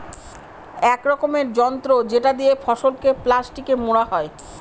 এক রকমের যন্ত্র যেটা দিয়ে ফসলকে প্লাস্টিকে মোড়া হয়